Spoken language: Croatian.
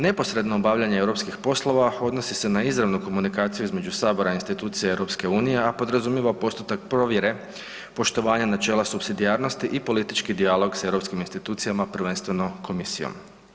Neposredno obavljanje europskih poslova odnosi se na izravnu komunikaciju između Sabora i institucija EU-a a podrazumijeva postotak provjere poštovanja načela supsidijarnosti i politički dijalog sa europskim institucijama, prvenstveno komisijom.